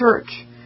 Church